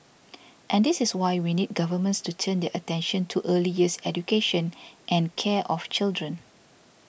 and this is why we need governments to turn their attention to early years education and care of children